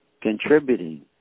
contributing